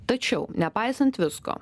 tačiau nepaisant visko